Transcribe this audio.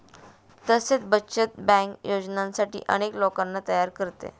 तसेच बचत बँक योजनांसाठी अनेक लोकांना तयार करते